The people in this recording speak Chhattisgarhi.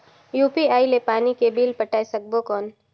यू.पी.आई ले पानी के बिल पटाय सकबो कौन?